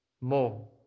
more